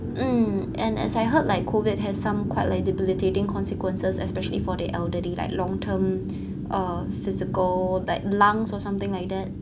mm and as I heard like COVID has some quite like debilitating consequences especially for the elderly like long term uh physical like lungs or something like that